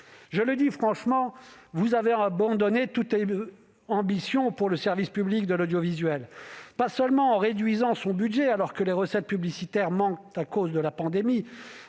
Je le dis franchement, vous avez abandonné toute ambition pour le service public de l'audiovisuel, pas seulement en réduisant son budget, alors que les recettes publicitaires manquent à cause de la pandémie,